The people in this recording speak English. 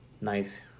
Nice